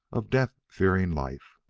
of death-fearing life.